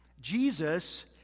Jesus